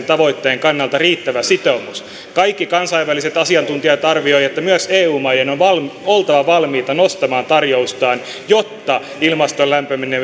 tavoitteen kannalta riittävä sitoumus kaikki kansainväliset asiantuntijat arvioivat että myös eu maiden on oltava valmiita nostamaan tarjoustaan jotta ilmaston lämpeneminen